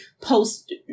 post